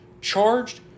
charged